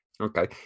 Okay